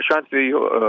šiuo atveju